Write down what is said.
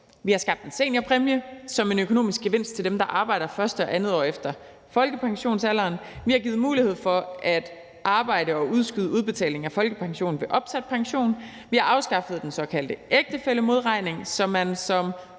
Vi har skabt en seniorpræmie som en økonomisk gevinst til dem, der arbejder første og andet år efter folkepensionsalderen. Vi har givet mulighed for at arbejde og udskyde udbetalingen af folkepensionen ved opsat pension. Vi har afskaffet den såkaldte ægtefællemodregning, så man som